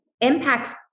impacts